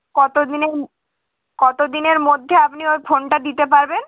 কতো দিনে কতো দিনের মধ্যে আপনি ওর ফোনটা দিতে পারবেন